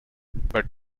but